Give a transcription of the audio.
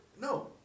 No